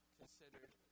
considered